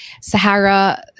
Sahara